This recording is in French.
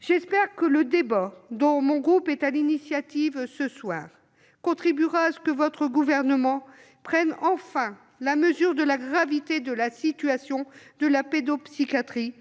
J'espère que ce débat, dont mon groupe est à l'initiative, contribuera à ce que votre gouvernement prenne enfin la mesure de la gravité de la situation de la pédopsychiatrie